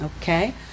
Okay